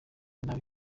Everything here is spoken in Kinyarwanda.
nabi